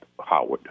Howard